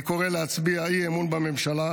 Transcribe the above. אני קורא להצביע אי-אמון בממשלה,